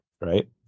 Right